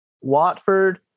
Watford